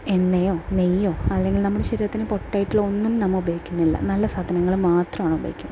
എണ്ണയ്യോ നെയ്യോ അല്ലെങ്കിൽ നമ്മുടെ ശരീരത്തിന് പൊട്ടയായിട്ടുള്ള ഒന്നും നമ്മൾ ഉപയോഗിക്കുന്നില്ല നല്ല സാധനങ്ങൾ മാത്രമാണ് ഉപയോഗിക്കുന്നത്